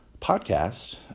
podcast